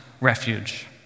refuge